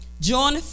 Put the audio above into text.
John